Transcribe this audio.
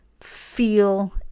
feel